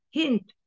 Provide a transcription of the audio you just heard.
hint